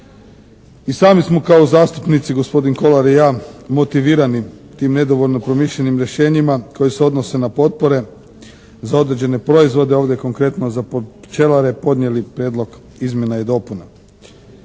I sami smo kao zastupnici gospodin Kolar i ja motivirani tim nedovoljno promišljenim rješenjima koja se odnose na potpore za određene proizvode, ovdje konkretno za pčelare podnijeli prijedlog izmjena i dopuna.